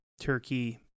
turkey